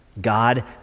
God